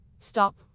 stop